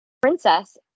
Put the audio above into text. princess